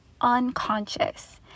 unconscious